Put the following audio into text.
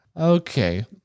okay